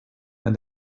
and